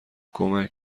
کمک